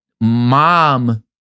Mom